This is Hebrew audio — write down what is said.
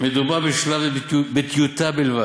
מדובר בשלב זה בטיוטה בלבד,